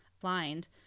blind